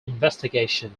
investigation